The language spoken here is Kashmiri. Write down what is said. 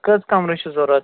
کٔژ کَمرٕ چھِ ضروٗرت